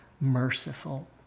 merciful